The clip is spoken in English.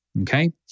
Okay